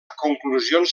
conclusions